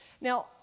Now